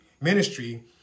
ministry